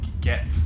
get